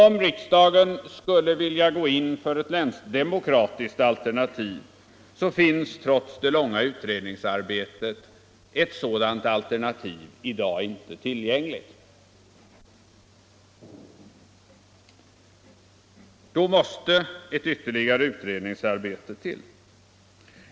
Om riksdagen skulle vilja gå in för det länsdemokratiska alternativet, finns trots det långa utredningsarbetet ett sådant alternativ i dag inte tillgängligt. Då måste ett ytterligare utredningsarbete till.